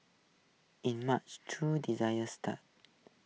in March true designer start